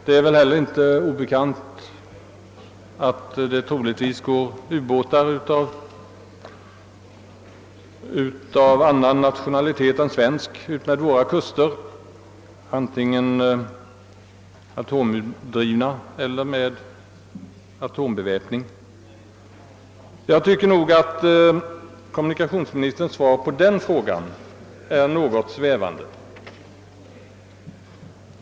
Det är väl inte heller obekant att det troligtvis går atomdrivna eller atombeväpnade ubåtar av annan nationalitet än svensk utmed våra kuster. Kommunikationsministerns svar på denna fråga är något svävande.